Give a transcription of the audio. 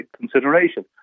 consideration